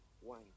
one